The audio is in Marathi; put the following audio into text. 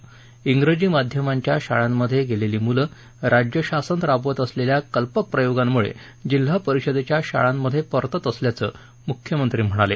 ज्ञजी माध्यमांच्या शाळांमधे गेलेली मुलं राज्यशासन राबवत असलेल्या कल्पक प्रयोगांमुळे जिल्हा परिषदेच्या शाळांमध्ये परतत असल्याचं मुख्यमंत्री म्हणाले